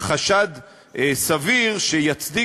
חשד סביר שיצדיק,